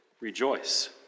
rejoice